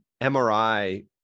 MRI